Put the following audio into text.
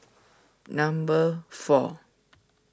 number four